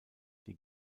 der